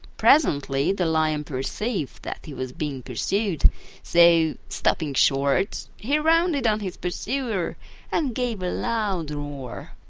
presently the lion perceived that he was being pursued so, stopping short, he rounded on his pursuer and gave a loud roar.